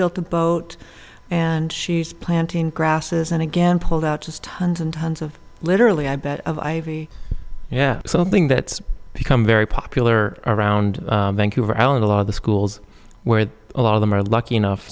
built the boat and she's planting grasses and again pulled out just tons and tons of literally i bet of ivy yeah something that's become very popular around thank you for allan a lot of the schools where a lot of them are lucky enough